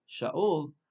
Sha'ul